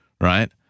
right